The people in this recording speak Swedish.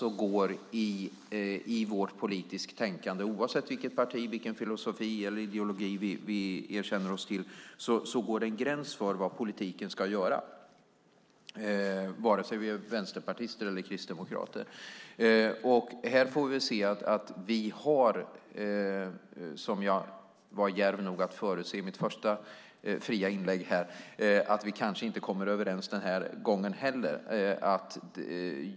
Någonstans i vårt politiska tänkande - oavsett vilket parti, vilken filosofi eller vilken ideologi vi bekänner oss till - går det en gräns för vad politiken ska göra, vare sig vi är vänsterpartister eller kristdemokrater. Vi får nog se att vi - som jag var djärv nog att förutse i mitt första fria inlägg - inte kommer överens den här gången heller.